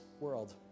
world